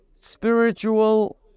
spiritual